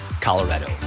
Colorado